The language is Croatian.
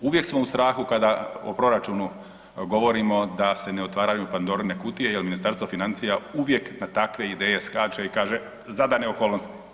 Uvijek smo u strahu kada o proračunu govorimo da se ne otvaraju Pandorine kutije, jer Ministarstvo financija uvijek na takve ideje skače i kaže zadane okolnosti.